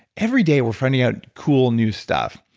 everyday we're finding out cool new stuff.